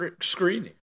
screening